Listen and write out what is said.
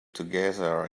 together